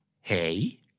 hey